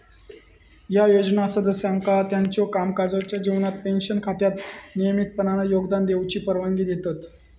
ह्या योजना सदस्यांका त्यांच्यो कामकाजाच्यो जीवनात पेन्शन खात्यात नियमितपणान योगदान देऊची परवानगी देतत